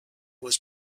was